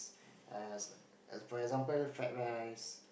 err as as for example fried rice